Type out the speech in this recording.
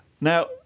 Now